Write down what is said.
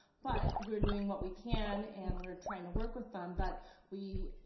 but we're doing what we can and we're trying to work with them, but we,